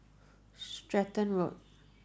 Stratton Road